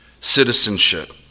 citizenship